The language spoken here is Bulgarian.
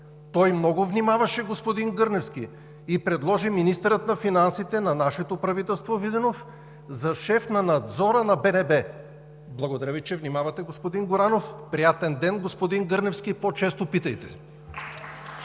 Той много внимаваше, господин Гърневски, и предложи министъра на финансите на нашето правителство Виденов за шеф на Надзора на БНБ. Благодаря Ви, че внимавахте, господин Горанов! Приятен ден, господин Гърневски, и по-често питайте!